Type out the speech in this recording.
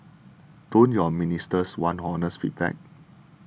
don't your ministers want honest feedback